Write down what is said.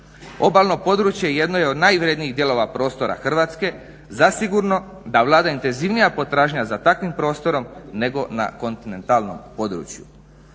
Obalno područje jedno je od najvrednijih dijelova prostora Hrvatske. Zasigurno da vlada intenzivnija potražnja za takvim prostorom nego na kontinentalnom području.